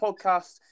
podcast